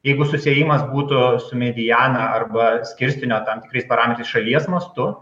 jeigu susiejimas būtų su mediana arba skirstinio tam tikrais parametrais šalies mastu